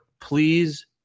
please